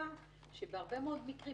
שבהרבה מאוד מקרים,